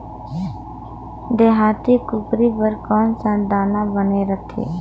देहाती कुकरी बर कौन सा दाना बने रथे?